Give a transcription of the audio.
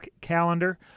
calendar